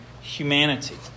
humanity